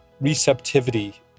receptivity